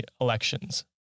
elections